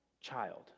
child